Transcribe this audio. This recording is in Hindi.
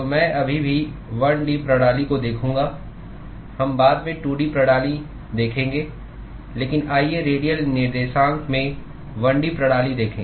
तो मैं अभी भी 1 D प्रणाली को देखूंगा हम बाद में 2 D प्रणाली देखेंगे लेकिन आइए रेडियल निर्देशांक में 1 D प्रणाली देखें